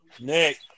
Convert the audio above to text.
Nick